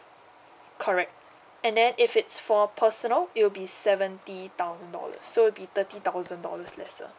correct and then if it's for personal it'll be seventy thousand dollars so be thirty thousand dollars lesser